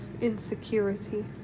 insecurity